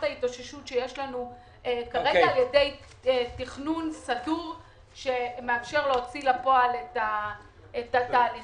ההתאוששות שיש לנו כרגע עם תכנון סדור שמאפשר להוציא לפועל את התהליכים